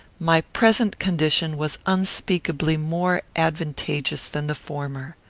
my present condition was unspeakably more advantageous than the former.